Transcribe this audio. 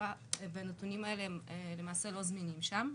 המשפט והנתונים האלה למעשה לא זמינים שם.